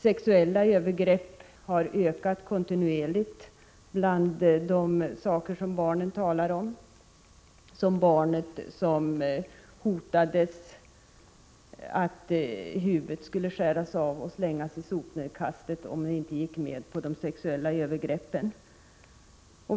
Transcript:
Sexuella övergrepp har ökat kontinuerligt bland de saker som barnen talar om, t.ex. barnet som hotades att huvudet skulle skäras av och slängas i sopnedkastet om barnet inte gick med på de sexuella övergreppen.